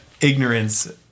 ignorance